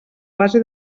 base